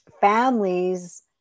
families